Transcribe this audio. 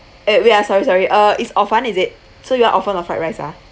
eh wait ah sorry sorry uh is horfun is it so you want horfun or fried rice ah